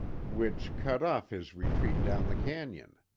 which cut off his retreat down the canyon.